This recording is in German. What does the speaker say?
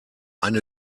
eine